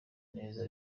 neza